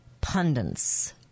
pundits